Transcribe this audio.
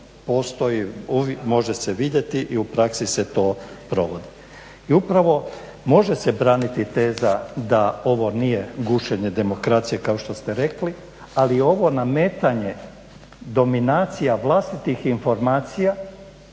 postoji, može se vidjeti i u praksi se to provodi. I upravo može se braniti teza da ovo nije gušenje demokracije kao što ste rekli, ali je ovo nametanje dominacija vlastitih informacija